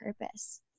purpose